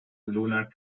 lunar